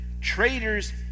traitors